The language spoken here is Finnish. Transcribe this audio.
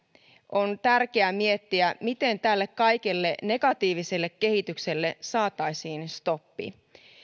on tärkeä miettiä miten tälle kaikelle negatiiviselle kehitykselle saataisiin stoppi